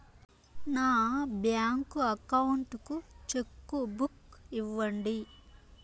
నా bank account కు cheque book ఇవ్వండి